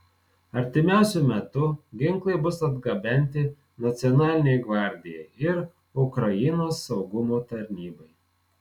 artimiausiu metu ginklai bus atgabenti nacionalinei gvardijai ir ukrainos saugumo tarnybai